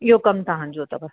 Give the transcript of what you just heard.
इहो कमु तव्हांजो अथव